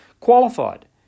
qualified